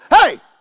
hey